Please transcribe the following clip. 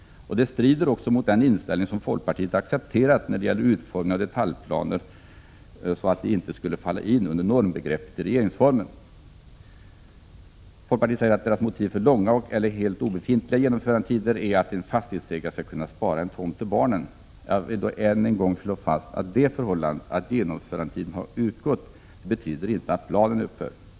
Det strider också mot den inställning som folkpartiet har accepterat när det gäller utformningen av detaljplaner så att de inte skulle falla in under normbegreppet i regeringsformen. Folkpartiet säger att dess motiv för långa eller helt obefintliga genomförandetider är att en fastighetsägare skall kunna spara en tomt till barnen. Än en gång vill jag slå fast att det förhållandet att genomförandetiden har utgått inte betyder att planen upphör.